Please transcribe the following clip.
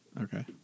Okay